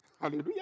Hallelujah